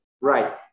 Right